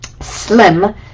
Slim